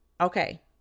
Okay